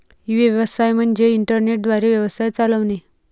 E व्यवसाय म्हणजे internet द्वारे व्यवसाय चालवणे